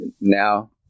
now